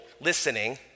listening